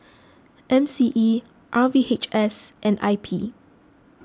M C E R V H S and I P